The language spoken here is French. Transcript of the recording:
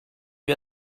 lui